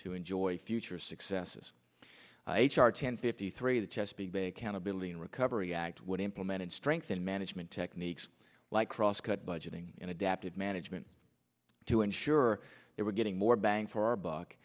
to enjoy future successes h r ten fifty three the chesapeake bay accountability and recovery act would implemented strengthen management techniques like crosscut budgeting and adaptive management to ensure that we're getting more bang for our buck